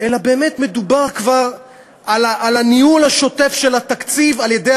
אלא באמת מדובר כבר על הניהול השוטף של התקציב על-ידי